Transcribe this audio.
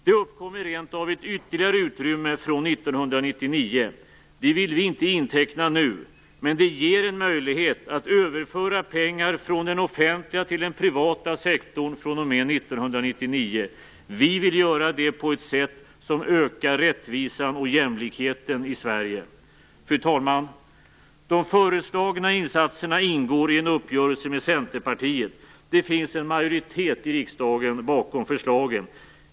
Det uppkommer rent av ett ytterligare utrymme från 1999. Det vill vi inte inteckna nu, men det ger en möjlighet att överföra pengar från den offentliga till den privata sektorn fr.o.m. 1999. Vi vill göra det på ett sätt som ökar rättvisan och jämlikheten i Fru talman! De föreslagna insatserna ingår i en uppgörelse med Centerpartiet. Det finns en majoritet i riksdagen bakom förslagen.